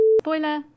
Spoiler